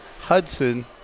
Hudson